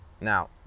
now